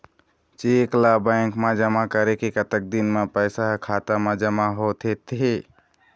Cheque ला bank मा जमा करे के कतक दिन मा पैसा हा खाता मा जमा होथे थे?